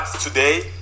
Today